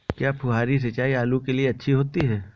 क्या फुहारी सिंचाई आलू के लिए अच्छी होती है?